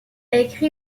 écrit